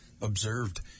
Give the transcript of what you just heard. observed